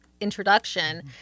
introduction